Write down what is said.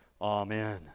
Amen